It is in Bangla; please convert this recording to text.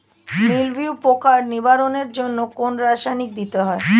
মিলভিউ পোকার নিবারণের জন্য কোন রাসায়নিক দিতে হয়?